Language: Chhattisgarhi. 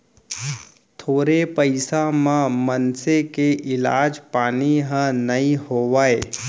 थोरे पइसा म मनसे के इलाज पानी ह नइ होवय